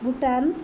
Bhutan